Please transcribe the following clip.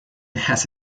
has